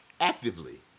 actively